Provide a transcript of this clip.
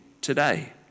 today